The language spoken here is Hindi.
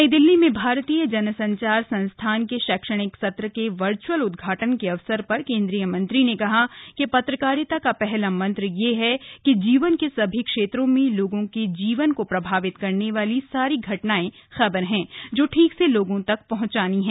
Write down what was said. नई दिल्ली में भारतीय जन संचार संस्थान के शैक्षणिक सत्र के वर्च्अल उदघाटन के अवसर पर केंद्रीय मंत्री ने कहा कि पत्रकारिता का पहला मंत्र यह है कि जीवन के सभी क्षेत्रो में लोगों के जीवन को प्रभावित करने वाली सारी घटनाएं खबर हैं जो ठीक से लोगों तक पहंचानी हैं